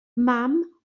mam